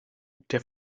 der